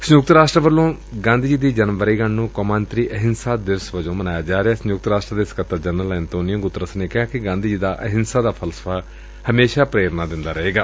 ਸੰਯੁਕਤ ਰਾਸ਼ਟਰ ਵੱਲੋਂ ਗਾਂਧੀ ਜੀ ਦੀ ਜਨਮ ਵਰੇਗੰਢ ਨੁੰ ਕੌਮਾਂਤਰੀ ਅਹਿੰਸਾ ਦਿਵਸ ਵਜੋਂ ਮਨਾਇਆ ਜਾ ਸੰਯੁਕਤ ਰਾਸ਼ਟਰ ਦੇ ਸਕੱਤਰ ਜਨਰਲ ਐਂਤੋਨੀਓ ਗੁਤਰਸ ਨੇ ਕਿਹੈ ਕਿ ਗਾਂਧੀ ਜੀ ਦਾ ਅਹਿੰਸਾ ਦਾ ਫਲਸਫਾ ਹਮੇਸ਼ਾ ਪ੍ਰੇਰਨਾ ਦਿੰਦਾ ਰਹੇਗਾ